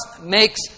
makes